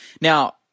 Now